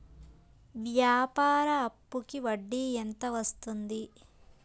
వ్యాపార అప్పుకి వడ్డీ ఎంత వస్తుంది?